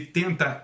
tenta